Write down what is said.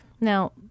Now